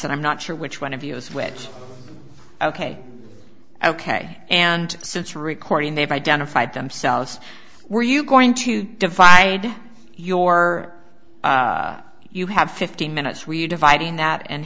and i'm not sure which one of us which ok ok and since recording they've identified themselves were you going to divide your you have fifteen minutes we're dividing that and